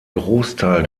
großteil